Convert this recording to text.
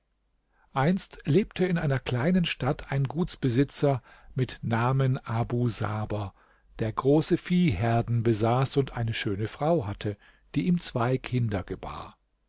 einst lebte in einer kleinen stadt ein gutsbesitzer mit namen abu saber der große viehherden besaß und eine schöne frau hatte die ihm zwei kinder gebar